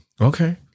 Okay